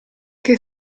che